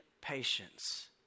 patience